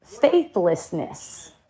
faithlessness